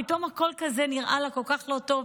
פתאום הכול נראה לה כל כך לא טוב.